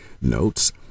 notes